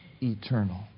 eternal